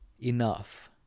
enough